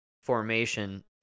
Formation